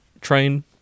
train